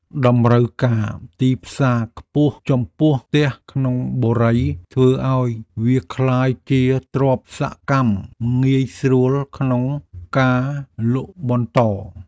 តម្រូវការទីផ្សារខ្ពស់ចំពោះផ្ទះក្នុងបុរីធ្វើឱ្យវាក្លាយជាទ្រព្យសកម្មងាយស្រួលក្នុងការលក់បន្ត។